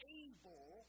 able